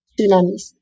tsunamis